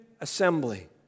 assembly